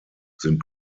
sind